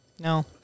No